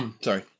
Sorry